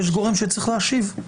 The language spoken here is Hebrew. יש גורם שצריך להשיב.